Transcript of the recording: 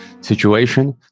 situation